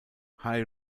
hai